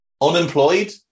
Unemployed